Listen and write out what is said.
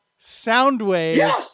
Soundwave